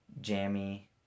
jammy